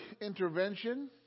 intervention